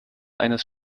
eines